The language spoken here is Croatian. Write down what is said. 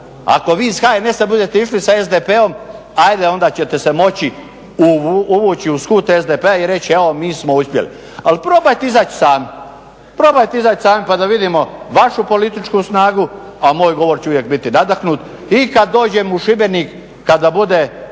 ako vi iz HNS-a budete išli sa SDP-om, ajde onda ćete se moći uvući uz kut SDP-a i reći, evo nismo uspjeli. Ali probajte izaći sami, probajte izaći sami pa da vidimo vašu političku snagu, a moj govor će uvijek biti nadahnut. I kad dođem u Šibenik, kada budu